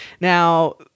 Now